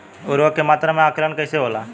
उर्वरक के मात्रा में आकलन कईसे होला?